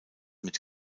mit